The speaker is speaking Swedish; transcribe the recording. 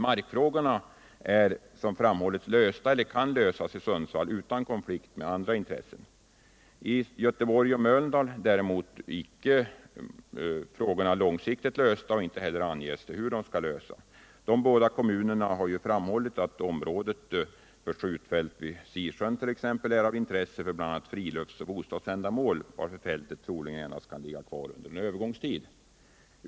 Markfrågorna är, som framhållits, lösta eller kan lösas i Sundsvall utan konflikt med andra intressen. I Göteborg och Mölndal är markfrågorna däremot icke långsiktigt lösta och inte heller anges hur de skall lösas. De båda kommunerna har framhållit att området för Lv 6:s skjutfält vid Sisjön är av intresse för bl.a. friluftsoch bostadsändamål, varför fältet troligen kan ligga kvar endast under en övergångstid.